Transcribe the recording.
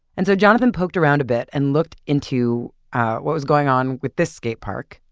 and so jonathan poked around a bit and looked into what was going on with this skatepark,